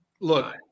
Look